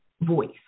voice